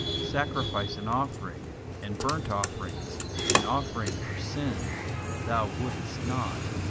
sacrifice and offering and burnt offerings and offering for sin thou wouldest not,